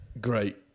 great